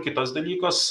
kitas dalykas